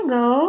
go